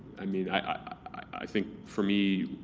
i mean, i think for me,